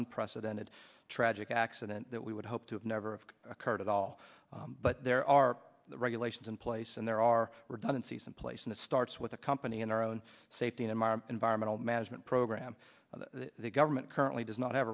unprecedented tragic accident that we would hope to have never occurred at all but there are regulations in place and there are redundancies in place and it starts with a company in our own safety m r environmental management program the government currently does not have